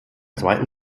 zweiten